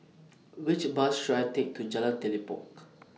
Which Bus should I Take to Jalan Telipok